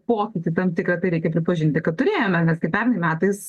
pokytį tam tikrą tai reikia pripažinti kad turėjome nes kai pernai metais